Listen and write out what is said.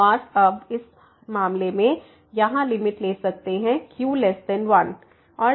है और अब हम इस मामले में यहां लिमिट ले सकते हैं q1 और जब n→∞ है